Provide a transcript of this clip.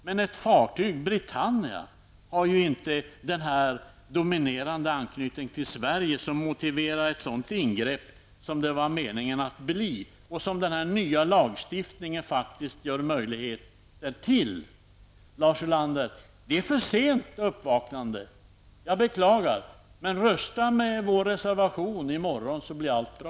Men fartyget Britannia hade ju inte en sådan dominerande anknytning till Sverige som motiverade det ingrepp man avsåg att göra och som den nya lagstiftningen ger möjligheter till. Uppvaknandet är för sent, Lars Ulander. Jag beklagar detta. Rösta för vår reservation i morgon, då blir allt bra.